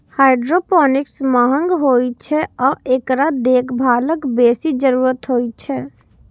hydroponics महंग होइ छै आ एकरा देखभालक बेसी जरूरत होइ छै